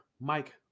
Mike